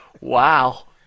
Wow